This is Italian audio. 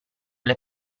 alle